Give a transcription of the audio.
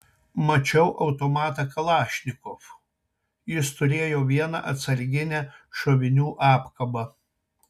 mačiau automatą kalašnikov jis turėjo vieną atsarginę šovinių apkabą